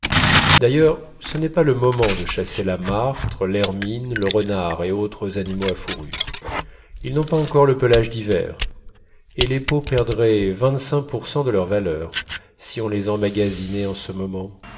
d'ailleurs ce n'est pas le moment de chasser la martre l'hermine le renard et autres animaux à fourrure ils n'ont pas encore le pelage d'hiver et les peaux perdraient vingtcinq pour cent de leur valeur si on les emmagasinait en ce moment